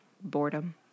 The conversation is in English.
boredom